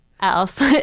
else